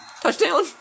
Touchdown